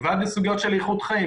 ועל זה סוגיות של איכות חיים.